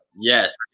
Yes